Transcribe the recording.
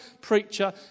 preacher